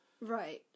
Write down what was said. Right